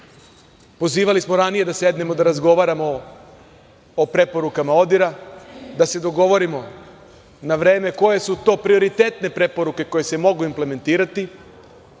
Srbiji. Pozivali smo ranije da sednemo da razgovaramo o preporukama ODIHR-a, da se dogovorimo na vreme koje su to prioritetne preporuke koje se mogu implementirati